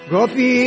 Gopi